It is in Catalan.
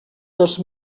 dos